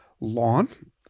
lawn